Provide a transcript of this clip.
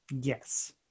Yes